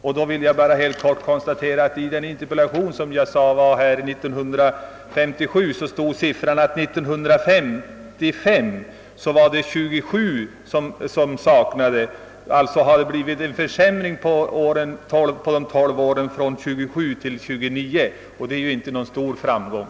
Jag vill då bara konstatera att det i en interpellation från år 1957 uppgavs att det år 1955 fanns 27 vakanser. Under de tolv åren mellan 1955 och 1967 har det alltså inträtt en försämring från 27 till 29 vakanta tjänster, och det är ju inte någon »stor framgång».